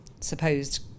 supposed